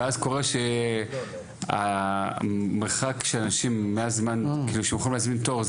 ואז קורה שהמרחק של אנשים מהזמן שיכלו להזמין תור,